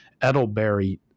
edelberry